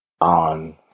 on